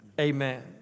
Amen